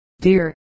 dear